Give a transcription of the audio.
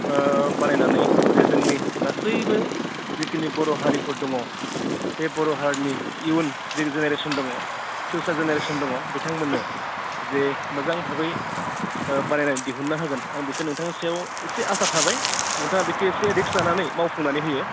बानायनानै जे जोंनि गासैबो जिखिनि बर' हारिफोर दङ बे बर' हारिनि इयुन जे जेनेरेशन दङ फिउचार जेनेरेशन दङ बिथांमोननो जे मोजां भाबै बानायनानै दिहुनना होगोन आं बेखौ नोंथांनि सायाव इसे आसा थाबाय नोंथाङा बेखौ एसे रिस्क लानानै मावफुंनानै होयो